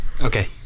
Okay